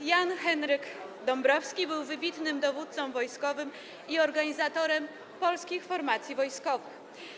Gen. Jan Henryk Dąbrowski był wybitnym dowódcą wojskowym i organizatorem polskich formacji wojskowych.